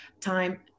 time